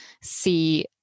see